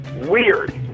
weird